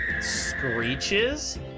screeches